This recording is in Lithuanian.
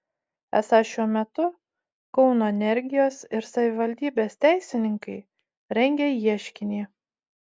esą šiuo metu kauno energijos ir savivaldybės teisininkai rengia ieškinį